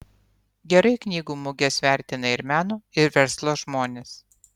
gerai knygų muges vertina ir meno ir verslo žmonės